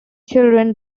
children